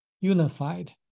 unified